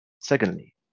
Secondly